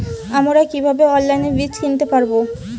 আমরা কীভাবে অনলাইনে বীজ কিনতে পারি?